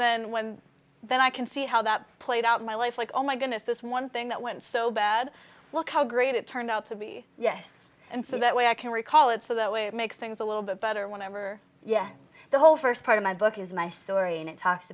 then when then i can see how that played out in my life like oh my goodness this one thing that went so bad look how great it turned out to be yes and so that way i can recall it so that way it makes things a little bit better whenever yeah the whole first part of my book is my story and it talks